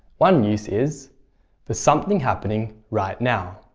one use is for something happening right now.